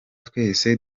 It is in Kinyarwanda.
twese